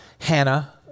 Hannah